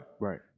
Right